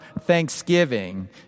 thanksgiving